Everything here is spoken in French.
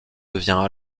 devient